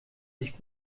sich